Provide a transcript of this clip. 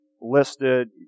listed